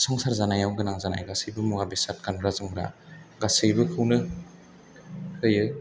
संसार जानायाव गोनां जानाय गासिबो मुवा बेसाद गानग्रा जोमग्रा गासैबोखौनो होयो